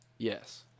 Yes